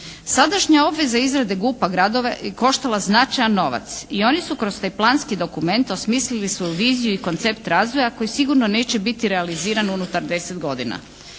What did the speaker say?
Sadašnja obveza izrade GUP-a gradove je koštala značajan novac i oni su kroz taj planski dokument osmislili svoju viziju i koncept razvoja koji sigurno neće biti realiziran unutar deset godina.